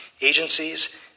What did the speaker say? agencies